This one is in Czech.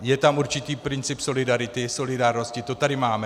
Je tam určitý princip solidarity, solidárnosti, to tady máme.